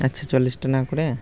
আচ্ছা চল্লিশটা না করে